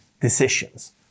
decisions